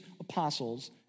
apostles